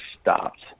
stopped